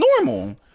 normal